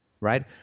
right